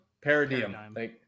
Paradigm